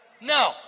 No